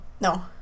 No